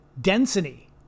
Density